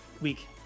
week